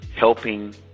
Helping